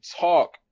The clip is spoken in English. talk